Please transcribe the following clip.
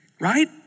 right